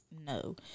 No